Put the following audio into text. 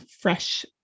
fresh